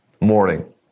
morning